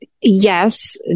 yes